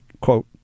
quote